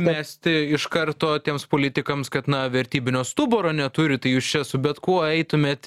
mesti iš karto tiems politikams kad na vertybinio stuburo neturi tai jūs čia su bet kuo eitumėt